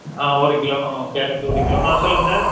ஆ ஒரு கிலோ ம் கேரட்டு ஒரு கிலோ ஆ சொல்லுங்கள் சார்